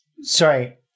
Sorry